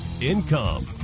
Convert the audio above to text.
income